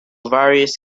various